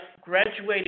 graduated